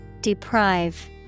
Deprive